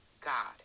God